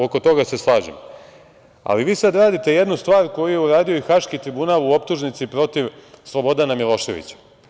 Oko toga se slažemo, ali vi sada radite jednu stvar koju je uradio i Haški tribunal u optužnici protiv Slobodana Miloševića.